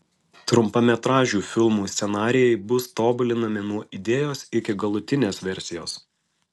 trumpametražių filmų scenarijai bus tobulinami nuo idėjos iki galutinės versijos